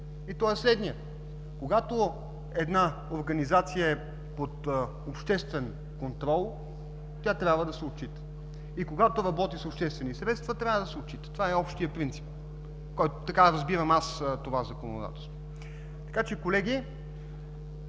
и той е следният: когато една организация е под обществен контрол, тя трябва да се отчита, и когато работи с обществени средства, трябва да се отчита. Това е общият принцип, така разбирам аз това законодателство. Колеги,